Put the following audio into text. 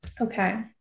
Okay